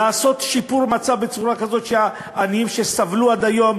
לעשות שיפור מצב בצורה כזאת שהעניים שסבלו עד היום,